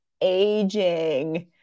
aging